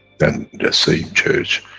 then the same church,